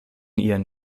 ihren